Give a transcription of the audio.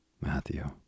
Matthew